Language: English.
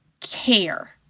care